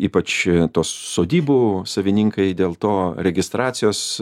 ypač tos sodybų savininkai dėl to registracijos